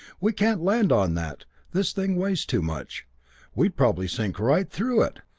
we can't land on that this thing weighs too much we'd probably sink right through it!